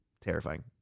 terrifying